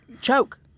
choke